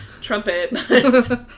trumpet